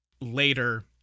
later